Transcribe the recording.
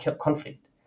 conflict